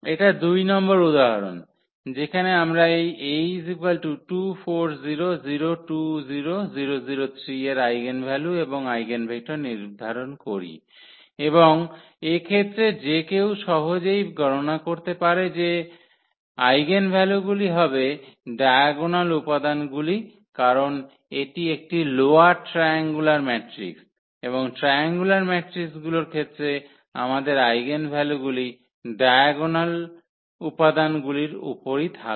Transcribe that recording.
এটা দুই নম্বর উদাহরণ যেখানে আমরা এই A এর আইগেনভ্যালু এবং আইগেনভেক্টর নির্ধারণ করি এবং এক্ষেত্রে যে কেউ সহজেই গণনা করতে পারে যে আইগেনভ্যালুগুলি হবে ডায়াগোনাল উপাদানগুলি কারণ এটি একটি লোয়ার ট্রায়াঙ্গুলার ম্যাট্রিক্স এবং ট্রায়াঙ্গুলার ম্যাট্রিক্সগুলির ক্ষেত্রে আমাদের আইগেনভ্যালুগুলি ডায়াগোনাল উপাদানগুলির উপরই থাকে